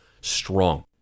strong